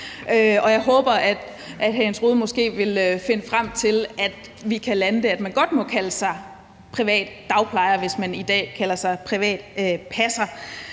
jeg håber, at hr. Jens Rohde måske vil finde frem til, at vi kan lande der, hvor man godt må kalde sig privat dagplejer, hvis man i dag kalder sig privat passer.